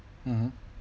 mmhmm